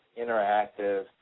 interactive